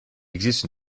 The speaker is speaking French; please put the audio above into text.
existe